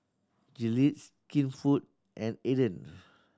Gillettes Skinfood and Aden